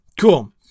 cool